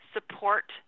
Support